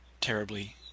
terribly